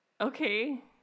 Okay